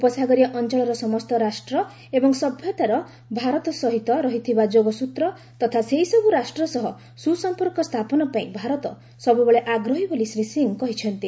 ଉପସାଗରୀୟ ଅଞ୍ଚଳର ସମସ୍ତ ରାଷ୍ଟ୍ର ଏବଂ ସଭ୍ୟତାର ଭାରତ ସହିତ ରହିଥିବା ଯୋଗସ୍ତ୍ର ତଥା ସେହିସବୁ ରାଷ୍ଟ୍ର ସହ ସୁସଂପର୍କ ସ୍ଥାପନ ପାଇଁ ଭାରତ ସବୁବେଳେ ଆଗ୍ରହୀ ବୋଲି ଶ୍ରୀ ସିଂ କହିଛନ୍ତି